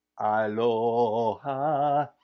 Aloha